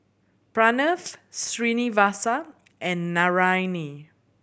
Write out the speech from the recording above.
Pranav Srinivasa and Naraina